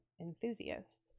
enthusiasts